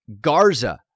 Garza